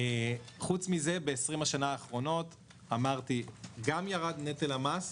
מעולה חוץ מזה ב-20 השנים האחרונות ירד נטל המס,